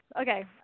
Okay